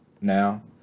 now